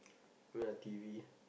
I mean like T_V